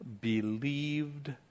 believed